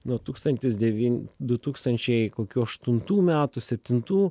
nuo tūkstantis devyni du tūkstančiai kokių aštuntų metų septintų